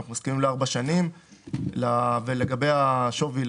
ולגבי השווי,